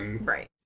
Right